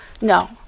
No